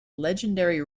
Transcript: legendary